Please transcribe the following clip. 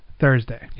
Thursday